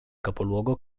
capoluogo